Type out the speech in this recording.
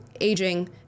aging